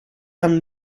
haben